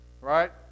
right